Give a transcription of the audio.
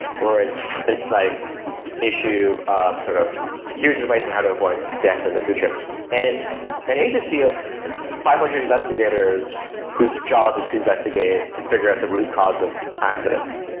a like issue ah sort of here is an advice on how to avoid deaths in the future and it's an agency of five hundred investigators whose job is to investigate and figure out the root cause of accidents.